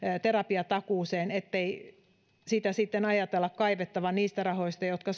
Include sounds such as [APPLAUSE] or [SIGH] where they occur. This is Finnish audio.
terapiatakuuseen ettei sitä ajatella kaivettavan niistä rahoista jotka [UNINTELLIGIBLE]